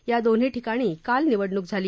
या दोन्ही ठिकाणी काल निवडणूक झाली